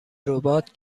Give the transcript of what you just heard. ربات